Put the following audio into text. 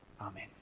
Amen